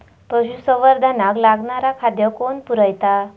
पशुसंवर्धनाक लागणारा खादय कोण पुरयता?